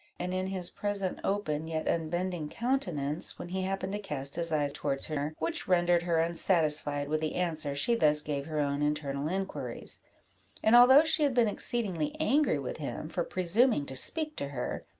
and in his present open, yet unbending countenance, when he happened to cast his eyes towards her, which rendered her unsatisfied with the answer she thus gave her own internal inquiries and although she had been exceedingly angry with him, for presuming to speak to her,